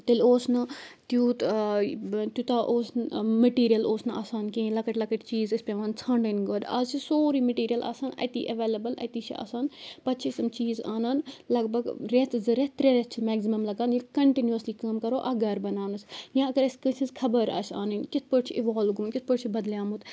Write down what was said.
تیٚلہِ اوس نہٕ تیوٗت تیوٗتاہ اوس نہٕ مٮ۪ٹیٖریَل اوس نہٕ آسان کینٛہہ لۄکٕٹۍ لۄکٕٹۍ چیٖز ٲسۍ پٮ۪وان ژھانٛڈٕنۍ گۄڈٕ اَز چھِ سورُے مٮ۪ٹیٖریل آسان اَتی اٮ۪ویلیبٕل اَتی چھِ آسان پَتہٕ چھِ أسۍ یِم چیٖز اَنان لگ بگ رٮ۪تھ زٕ رٮ۪تھ ترٛےٚ رٮ۪تھ چھِ مٮ۪کزِمَم لگان ییٚلہِ کَنٹِنیوٗوَسلی کٲم اَکھ گَرٕ بَناونَس یا اگر أسۍ کٲنٛسہِ ہِنٛز خبر آسہِ اَنٕنۍ کِتھ پٲٹھۍ چھِ اِوالُو گوٚمُت کِتھ پٲٹھۍ بدلیٛامُت